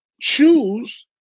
choose